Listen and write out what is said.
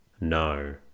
no